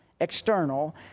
external